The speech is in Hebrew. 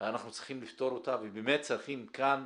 לפתור ובאמת צריכים כאן,